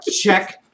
Check